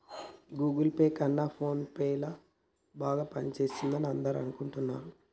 Google Pay కన్నా PhonePe ల బాగా పనిచేస్తుందని అందరూ అనుకుంటున్నారు